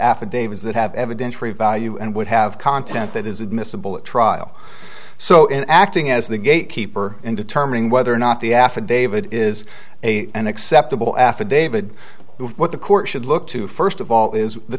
affidavits that have evidentiary value and would have content that is admissible at trial so in acting as the gate keeper in determining whether or not the affidavit is a an acceptable affidavit what the court should look to first of all is the